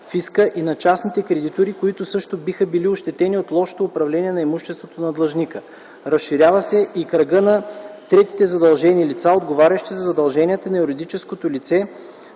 и на частните кредитори, които също биха били ощетени от лошото управление на имуществото на длъжника. Разширява се и кръгът на третите задължени лица, отговарящи за задълженията на юридическото лице,